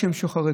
עצם השינוי.